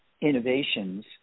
innovations